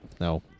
No